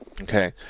Okay